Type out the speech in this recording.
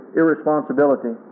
irresponsibility